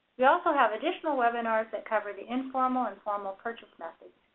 we also have additional webinars that cover the informal and formal purchase methods.